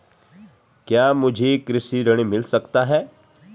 क्या मुझे कृषि ऋण मिल सकता है?